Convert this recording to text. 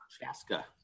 Chaska